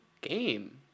game